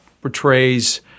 portrays